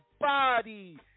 body